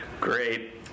Great